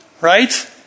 right